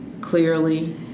clearly